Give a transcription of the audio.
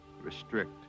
restrict